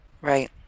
Right